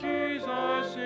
Jesus